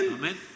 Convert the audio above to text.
amen